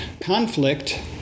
Conflict